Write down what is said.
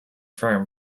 firm